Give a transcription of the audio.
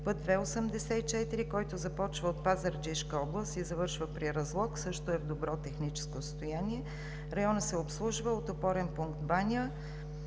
Път II-84, който започва от Пазарджишка област и завършва при Разлог, също е в добро техническо състояние. Районът се обслужва от опорен пункт „Баня“